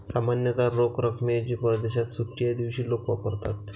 सामान्यतः रोख रकमेऐवजी परदेशात सुट्टीच्या दिवशी लोक वापरतात